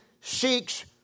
seeks